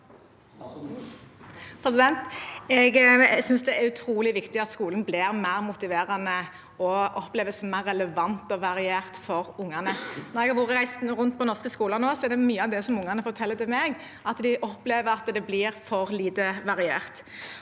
Jeg synes det er utrolig viktig at skolen blir mer motiverende og oppleves mer relevant og variert for ungene. Jeg har nå reist rundt på norske skoler, og det ungene forteller til meg, er at de opplever at det blir for lite variert.